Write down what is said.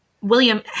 William